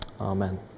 Amen